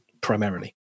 primarily